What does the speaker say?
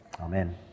Amen